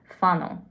funnel